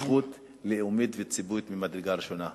שליחות לאומית וציבורית ממדרגה ראשונה.